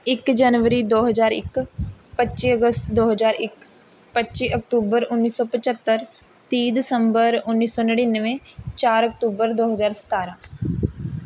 ਇੱਕ ਜਨਵਰੀ ਦੋ ਹਜ਼ਾਰ ਇੱਕ ਪੱਚੀ ਅਗਸਤ ਦੋ ਹਜ਼ਾਰ ਇੱਕ ਪੱਚੀ ਅਕਤੂਬਰ ਉੱਨੀ ਸੌ ਪੰਝੱਤਰ ਤੀਹ ਦਸੰਬਰ ਉੱਨੀ ਸੌ ਨੜਿਨਵੇਂ ਚਾਰ ਅਕਤੂਬਰ ਦੋ ਹਜ਼ਾਰ ਸਤਾਰ੍ਹਾਂ